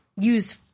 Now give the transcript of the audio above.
use